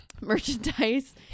merchandise